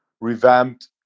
revamped